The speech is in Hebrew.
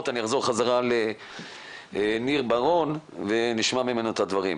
אחזור חזרה לניר בראון ואשמע ממנו את הדברים.